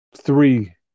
three